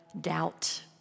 doubt